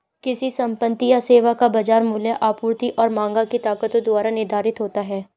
किसी संपत्ति या सेवा का बाजार मूल्य आपूर्ति और मांग की ताकतों द्वारा निर्धारित होता है